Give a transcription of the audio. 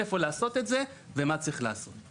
זה משהו ששווה הצלת חיים.